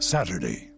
Saturday